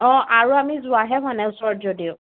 অঁ আৰু আমি যোৱাহে হোৱা নাই ওচৰত যদিও